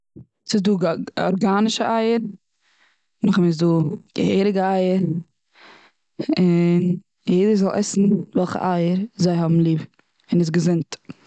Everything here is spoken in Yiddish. ס'איז דא ארגאנישע אייער. נאכדעם איז דא געהעריגע אייער, און יעדער זאל עסן וועלכע אייער זיי האבן ליב, און איז געזונט.